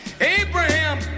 Abraham